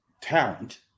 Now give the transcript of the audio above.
talent